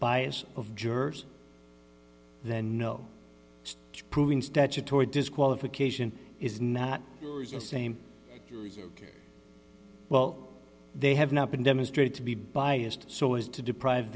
bias of jurors then no proving statutory disqualification is not the same as well they have not been demonstrated to be biased so as to deprive